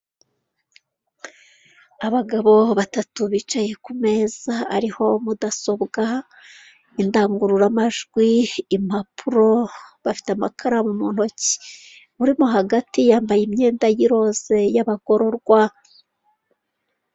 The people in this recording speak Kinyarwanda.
Abagabo batatu bicaye ku meza ariho mudasobwa, indangururamajwi, impapuro bafite amakara mu ntoki, uri mo hagati yambaye imyenda y'iroza y'abagororwa.